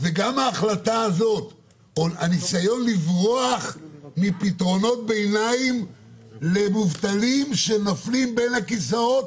וגם הניסיון לברוח מפתרונות ביניים למובטלים שנופלים בין הכיסאות,